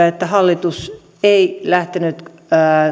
että se ei lähtenyt